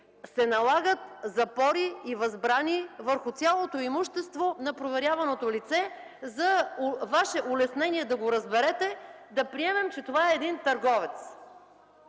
се налагат запори и възбрани върху цялото имущество на проверяваното лице. За Ваше улеснение, за да разберете, да приемем, че това е един едноличен